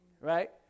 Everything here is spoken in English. right